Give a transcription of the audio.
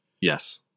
Yes